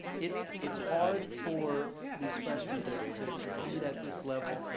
it's it's hard for these freshmen to to compete at this level.